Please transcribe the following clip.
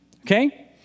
Okay